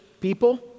people